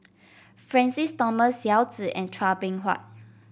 Francis Thomas Yao Zi and Chua Beng Huat